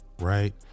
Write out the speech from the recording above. Right